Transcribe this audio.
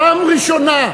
פעם ראשונה,